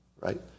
right